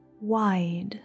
wide